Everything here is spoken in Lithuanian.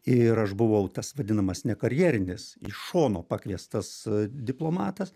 ir aš buvau tas vadinamas ne karjerinis iš šono pakviestas diplomatas